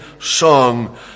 song